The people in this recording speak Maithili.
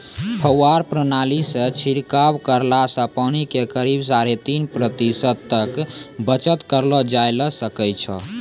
फव्वारा प्रणाली सॅ छिड़काव करला सॅ पानी के करीब साढ़े तीस प्रतिशत तक बचत करलो जाय ल सकै छो